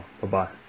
Bye-bye